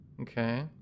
Okay